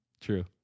True